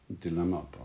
dilemma